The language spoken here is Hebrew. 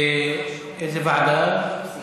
איזו ועדה?